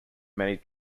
many